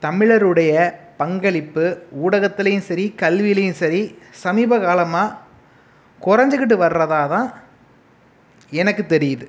தமிழருடைய பங்களிப்பு ஊடகத்துலேயும் சரி கல்விலேயும் சரி சமீபகாலமாக கொறைஞ்சிகிட்டு வரதாதான் எனக்கு தெரியுது